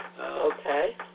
Okay